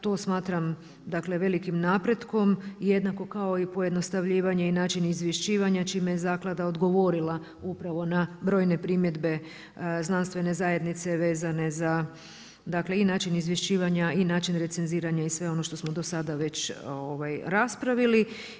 To smatram velikim napretkom i jednako kao i pojednostavljivanje i način izvješćivanja čime je zaklada odgovorila upravo na brojne primjedbe znanstvene zajednice vezane za način izvješćivanja i način recenziranja i sve ono što smo do sada već raspravili.